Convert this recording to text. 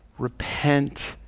repent